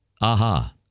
Aha